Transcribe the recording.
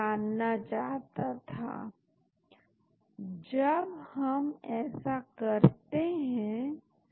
तो इस प्रकार देखिए मैं चाहता हूं ऑक्सीजन ऑक्सीजन नाइट्रोजन यहां पर एक्सेप्टर एक्सेप्टर एक्सेप्टर एक खास दूरी पर आपको यह मिलेगा